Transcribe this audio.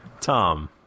Tom